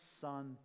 son